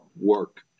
work